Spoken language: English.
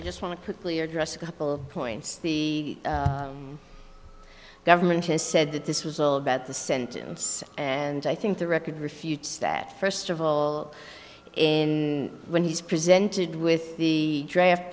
i just want partly address a couple of points the the government has said that this was about the sentence and i think the record refutes that first of all in when he's presented with the draft